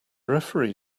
referee